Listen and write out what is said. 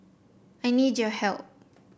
I need your help